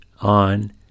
on